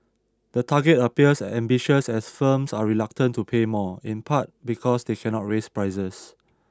the target appears ambitious as firms are reluctant to pay more in part because they cannot raise prices